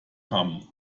haben